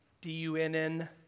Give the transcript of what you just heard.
D-U-N-N